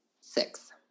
Six